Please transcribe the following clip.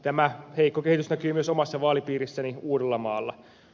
tämä heikko kehitys näkyy myös omassa vaalipiirissäni uudellamaalla